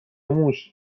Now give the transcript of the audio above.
موش